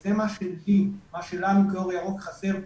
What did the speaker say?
וזה מה שלנו כאור ירוק חסר פה.